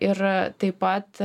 ir taip pat